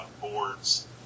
boards